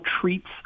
treats